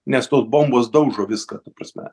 nes tos bombos daužo viską ta prasme